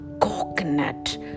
coconut